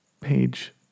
page